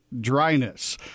dryness